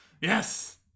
Yes